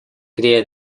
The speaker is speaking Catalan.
crea